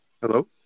Hello